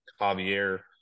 Javier